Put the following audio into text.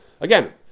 Again